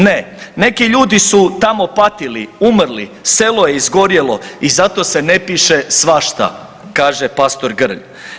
Ne, neki ljudi su tamo patili, umrli, selo je izgorjelo i zato se ne piše svašta, kaže pastor Grlj.